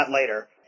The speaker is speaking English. later